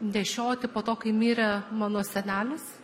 nešioti po to kai mirė mano senelis